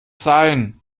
sein